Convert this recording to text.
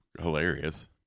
hilarious